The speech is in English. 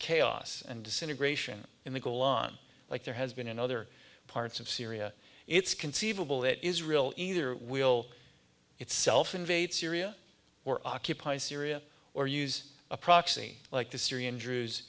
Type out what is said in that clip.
chaos and disintegration in the golan like there has been in other parts of syria it's conceivable that israel either will itself invade syria or occupy syria or use a proxy like the syrian